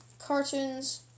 Cartoons